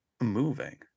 moving